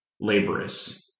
laborious